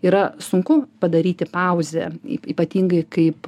yra sunku padaryti pauzę ypatingai kaip